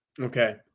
okay